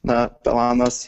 na planas